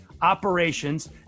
operations